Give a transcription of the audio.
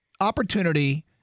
opportunity